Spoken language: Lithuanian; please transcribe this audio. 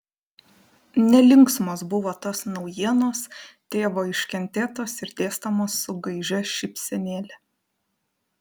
nelinksmos buvo tos naujienos tėvo iškentėtos ir dėstomos su gaižia šypsenėle